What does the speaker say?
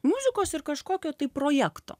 muzikos ir kažkokio tai projekto